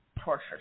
torture